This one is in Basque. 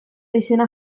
izena